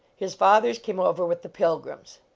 his fathers came over with the pilgrims.